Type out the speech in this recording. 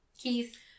Keith